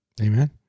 Amen